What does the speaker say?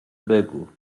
بگو